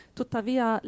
tuttavia